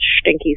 stinky